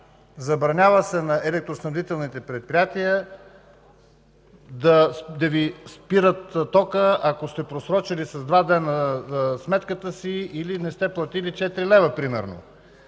забранява се на електроразпределителните предприятия да Ви спират тока, ако сте просрочили с два дни сметката си или не сте платили четири лева, примерно.